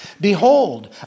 Behold